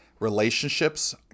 Relationships